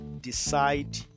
decide